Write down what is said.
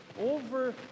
over